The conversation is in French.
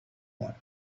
point